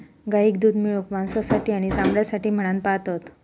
गाईक दूध मिळवूक, मांसासाठी आणि चामड्यासाठी म्हणान पाळतत